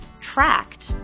tracked